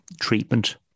treatment